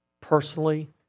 personally